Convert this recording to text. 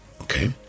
Okay